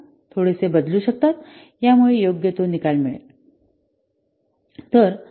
थोडेसे बदलू शकतात परंतु यामुळे योग्य तो निकाल मिळेल